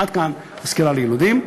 עד כאן הסקירה ליילודים.